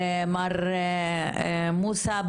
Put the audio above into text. מר מוסא.